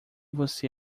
você